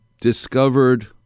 discovered